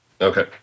Okay